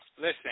listen